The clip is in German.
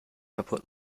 kaputt